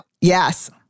Yes